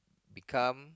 become